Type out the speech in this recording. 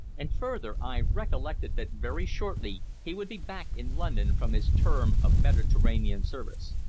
and further i recollected that very shortly he would be back in london from his term of mediterranean service.